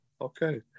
okay